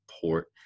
port